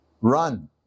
run